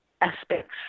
aspects